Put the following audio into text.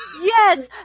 Yes